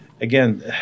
again